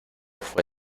fue